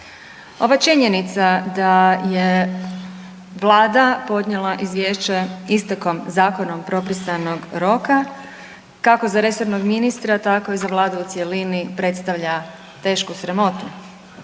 Ova činjenica da je vlada podnijela izvješće istekom zakonom propisanog roka kako za resornog ministra, tako i za vladu u cjelini predstavlja tešku sramotu.